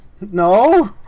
No